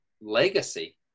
legacy